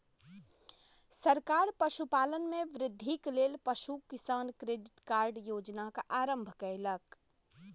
सरकार पशुपालन में वृद्धिक लेल पशु किसान क्रेडिट कार्ड योजना के आरम्भ कयलक